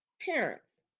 parents